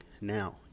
now